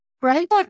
Right